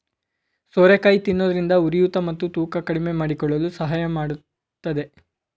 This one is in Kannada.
ಸೋರೆಕಾಯಿ ತಿನ್ನೋದ್ರಿಂದ ಉರಿಯೂತ ಮತ್ತು ತೂಕ ಕಡಿಮೆಮಾಡಿಕೊಳ್ಳಲು ಸಹಾಯ ಮಾಡತ್ತದೆ